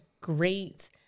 great